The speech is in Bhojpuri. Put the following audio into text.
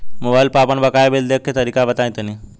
मोबाइल पर आपन बाकाया बिल देखे के तरीका बताईं तनि?